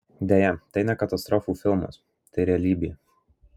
deja tai ne katastrofų filmas tai realybė